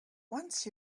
once